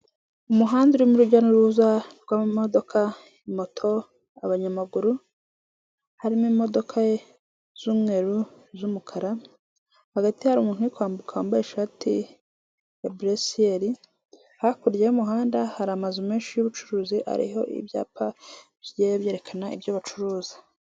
Umuhanda urimo urujya n'uruza rw'amamodoka, moto, abanyamaguru, harimo imodoka z'umweru iz'umukara. Hagati yari umuntu kwambuka wambaye ishati ya buresiyere, hakurya y'umuhanda hari amazu menshi y'ubucuruzi ariho ibyapa bigiye byerekana ibyo bacuruza.